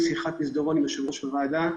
הייתה לי שיחת מסדרון עם יושב-ראש הוועדה,